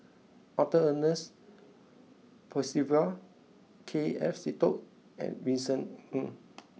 Arthur Ernest Percival K F Seetoh and Vincent Ng